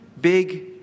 big